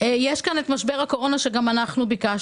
יש את משבר הקורונה.